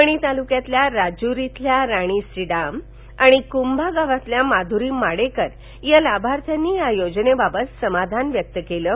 वणी तालुक्यातल्या राजूर इथल्या राणी सिडाम आणि कुंभा गावातल्या माधुरी माडेकर या लाभार्थ्यांनी या योजनेबाबत समाधान व्यक्त केलं आहे